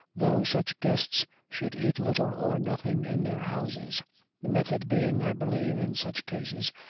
though such guests should eat little or nothing in their houses the method being, i believe, in such cases,